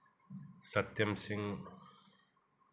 Satyam Singh